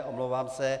Omlouvám se.